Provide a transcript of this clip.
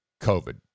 COVID